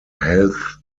health